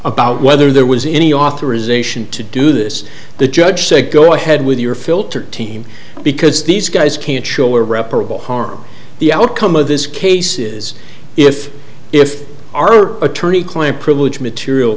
about whether there was any authorization to do this the judge said go ahead with your filter team because these guys can't show irreparable harm the outcome of this case is if if our attorney client privilege material